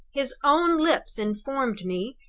his own lips informed me,